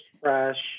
fresh